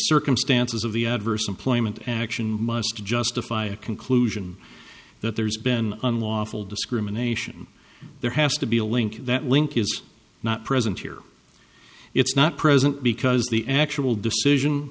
circumstances of the adverse employment action must justify a conclusion that there's been unlawful discrimination there has to be a link that link is not present here it's not present because the actual decision